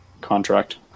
contract